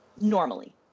normally